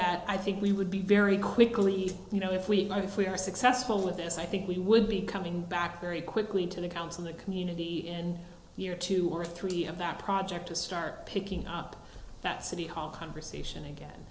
that i think we would be very quickly you know if we even if we are successful with this i think we would be coming back very quickly to the counselor community and year two or three of that project to start picking up that city hall conversation again